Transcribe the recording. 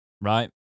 right